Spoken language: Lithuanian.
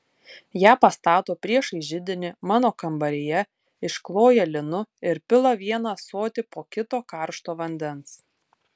ją pastato priešais židinį mano kambaryje iškloja linu ir pila vieną ąsotį po kito karšto vandens